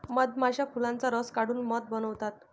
मधमाश्या फुलांचा रस काढून मध बनवतात